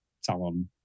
salon